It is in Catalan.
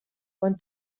quan